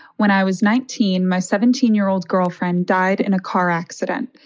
when i was nineteen, my seventeen year old girlfriend died in a car accident.